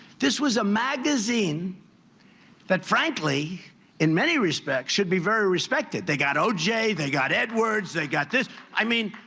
this was a magazine that frankly in many respects should be very respected, they got oj, they got edwards, they got this i mean